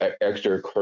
extra